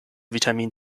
vitamin